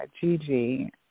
Gigi